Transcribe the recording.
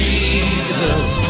Jesus